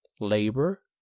labor